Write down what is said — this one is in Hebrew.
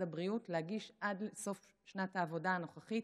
הבריאות להגיש עד סוף שנת העבודה הנוכחית,